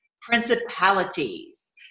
principalities